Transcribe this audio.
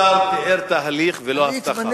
השר תיאר תהליך ולא הבטחה.